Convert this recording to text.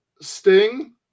Sting